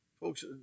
Folks